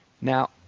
Now